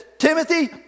Timothy